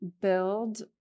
build